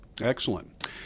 Excellent